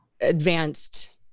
advanced